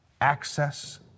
Access